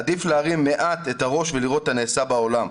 עדיף להרים מעט את הראש ולראות את הנעשה בעולם.